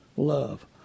love